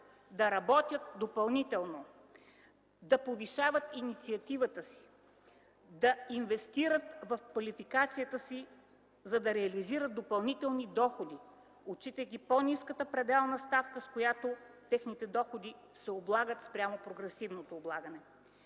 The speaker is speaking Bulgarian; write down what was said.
да работят допълнително, да повишават инициативата си, да инвестират в квалификацията си, за да реализират допълнителни доходи, отчитайки по-ниската пределна ставка, с която техните доходи се облагат спрямо прогресивното облагане.